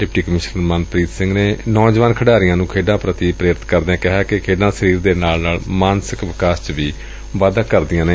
deputy commissioner Manpreet Singh ਨੇ ਨੌਜਵਾਨ ਖਿਡਾਰੀਆਂ ਨੰ ਖੇਡਾਂ ਪ੍ਰਤੀ ਪ੍ਰ੍ਰ੍ਰਿਤ ਕਰਦਿਆਂ ਕਿਹਾ ਕਿ ਖੇਡਾਂ ਸਰੀਰ ਦੇ ਨਾਲ ਨਾਲ ਮਾਨਸਿਕ ਵਿਕਾਸ ਵਿੱਚ ਵੀ ਵਾਧਾ ਕਰਦੀਆਂ ਨੇ